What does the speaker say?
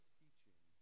teaching